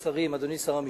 השרים, אדוני שר המשפטים,